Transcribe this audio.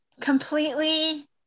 completely